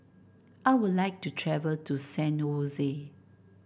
I would like to travel to San Jose